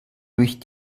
durch